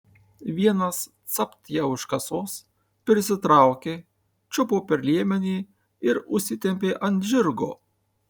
vienas capt ją už kasos prisitraukė čiupo per liemenį ir užsitempė ant žirgo